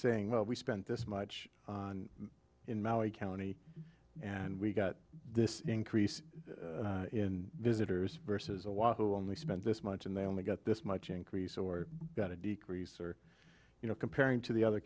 saying well we spent this much on in maui county and we got this increase in visitors versus a while who only spent this much and they only got this much increase or decrease or you know comparing to the other